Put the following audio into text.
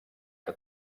que